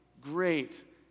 great